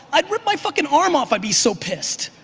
i'd rip my fuckin' arm off i'd be so pissed.